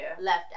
left